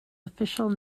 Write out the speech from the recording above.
official